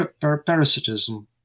parasitism